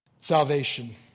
salvation